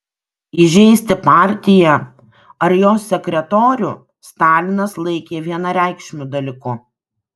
įžeisti partiją ar jos sekretorių stalinas laikė vienareikšmiu dalyku